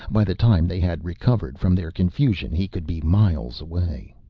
by the time they had recovered from their confusion he could be miles away.